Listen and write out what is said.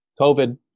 COVID